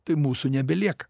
tai mūsų nebelieka